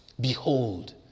Behold